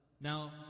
Now